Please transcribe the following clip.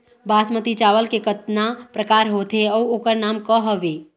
बासमती चावल के कतना प्रकार होथे अउ ओकर नाम क हवे?